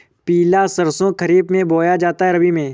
पिला सरसो खरीफ में बोया जाता है या रबी में?